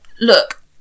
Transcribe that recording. look